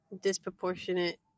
disproportionate